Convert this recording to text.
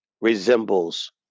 resembles